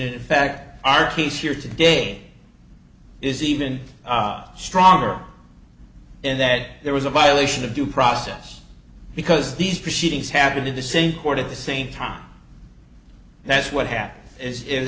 in fact our case here today is even stronger and that there was a violation of due process because these proceedings have to the same court at the same time that's what happened as i